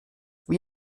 wie